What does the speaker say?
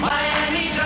Miami